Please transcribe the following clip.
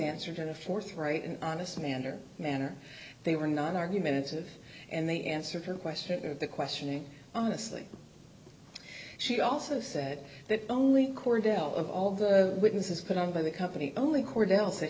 answered in a forthright and honest manner manner they were not argumentative and they answered her question of the questioning honestly she also said that only cordell of all the witnesses put on by the company only kordell said